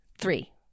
Three